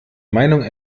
meinung